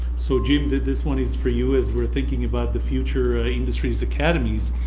so jim did this one, is for you as we're thinking about the future ah industries academies.